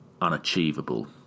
unachievable